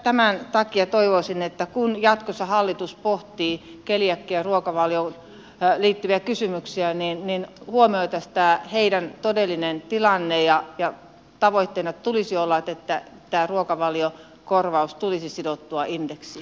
tämän takia toivoisin että kun jatkossa hallitus pohtii keliakiaruokavalioon liittyviä kysymyksiä huomioitaisiin tämä heidän todellinen tilanteensa ja tavoitteena tulisi olla että tämä ruokavaliokorvaus tulisi sidottua indeksiin